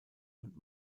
und